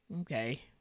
okay